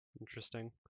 interesting